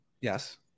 Yes